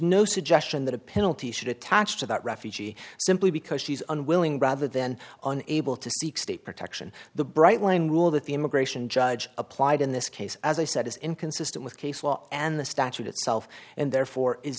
no suggestion that a penalty should attach to that refugee simply because she's unwilling rather than on able to seek state protection the bright line rule that the immigration judge applied in this case as i said is inconsistent with case law and the statute itself and therefore i